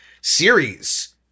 series